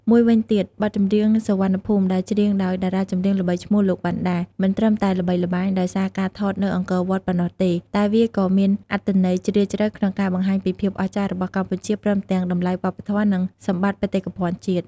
មួយវិញទៀតបទចម្រៀង "សុវណ្ណភូមិ " ដែលច្រៀងដោយតារាចម្រៀងល្បីឈ្មោះលោក វណ្ណដា មិនត្រឹមតែល្បីល្បាញដោយសារការថតនៅអង្គរវត្តប៉ុណ្ណោះទេ តែវាក៏មានអត្ថន័យជ្រាលជ្រៅក្នុងការបង្ហាញពីភាពអស្ចារ្យរបស់កម្ពុជា ព្រមទាំងតម្លៃវប្បធម៌ និងសម្បត្តិបេតិកភណ្ឌជាតិ។